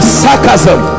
sarcasm